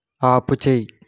ఆపుచేయి